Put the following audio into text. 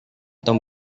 tom